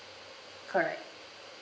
correct